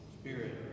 Spirit